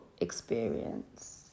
experience